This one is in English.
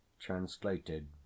Translated